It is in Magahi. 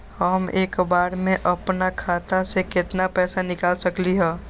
हम एक बार में अपना खाता से केतना पैसा निकाल सकली ह?